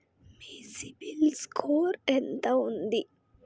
మీ CIBIL score ఎంత ఉంది?